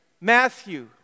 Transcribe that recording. Matthew